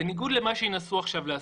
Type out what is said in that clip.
בניגוד למה שינסו עכשיו להסביר,